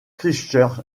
christchurch